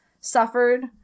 suffered